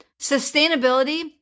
sustainability